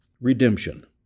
redemption